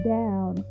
down